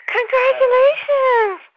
Congratulations